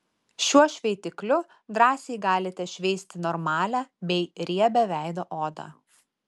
šiuo šveitikliu drąsiai galite šveisti normalią bei riebią veido odą